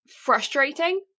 frustrating